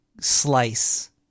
slice